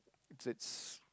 it's